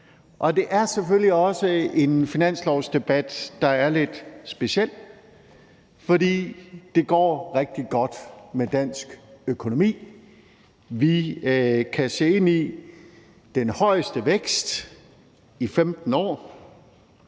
Og det er selvfølgelig også en finanslovsdebat, der er lidt speciel, for det går rigtig godt med dansk økonomi. Vi kan se ind i den højeste vækst i 15 år.